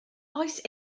oes